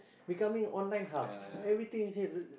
becoming online hub everything you see is